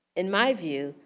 in my view,